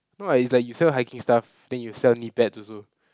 no lah is like you sell hiking stuff then you sell knee pads also